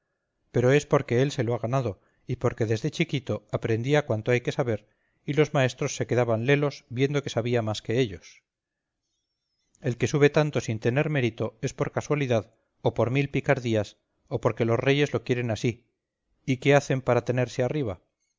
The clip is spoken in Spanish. pero es porque él se lo ha ganado y porque desde chiquito aprendía cuanto hay que saber y los maestros se quedaban lelos viendo que sabía más que ellos el que sube tanto sin tener mérito es por casualidad o por mil picardías o porque los reyes lo quieren así y qué hacen para tenerse arriba